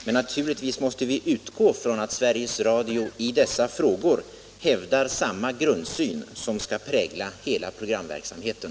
Men naturligtvis måste vi utgå från att Sveriges Radio i dessa frågor hävdar samma grundsyn som skall prägla hela programverksamheten.